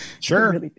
Sure